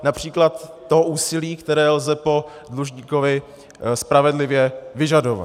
Například to úsilí, které lze po dlužníkovi spravedlivě vyžadovat.